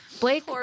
Blake